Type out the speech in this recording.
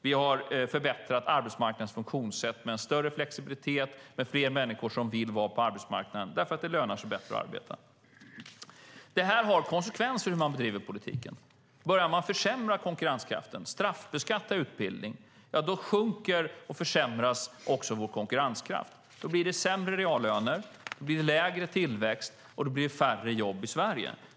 Vi har förbättrat arbetsmarknadens funktionssätt med större flexibilitet och fler människor som vill vara på arbetsmarknaden, därför att det lönar sig bättre att arbeta. Det har konsekvenser hur man bedriver politiken. Börjar man försämra konkurrenskraften och straffbeskatta utbildning sjunker och försämras också vår konkurrenskraft. Då blir det sämre reallöner, lägre tillväxt och färre jobb i Sverige.